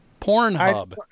Pornhub